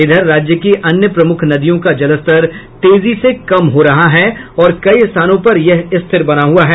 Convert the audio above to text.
इधर राज्य की अन्य प्रमुख नदियों का जलस्तर तेजी से कम हो रहा है और कई स्थानों पर यह स्थिर बना हुआ है